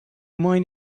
mind